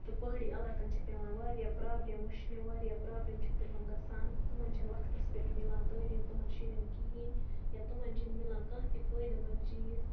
تہٕ پہٲڑی علاقَن چھےٚ پٮ۪وان واریاہ پرابلِم وٕچھنہِ واریاہ پرٛابلم چھےٚ تِمَن گَژھان تِمن چھَنہٕ وَقتَس پٮ۪ٹھ مِلان تٲلیٖم تِمَن شُرٮ۪ن کِہیٖنۍ یا تِمن چھُنہٕ میلان کانٛہہ تہِ فٲیدٕ مَنٛد چیٖز